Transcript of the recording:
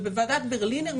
בוועדת ברלינר,